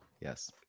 yes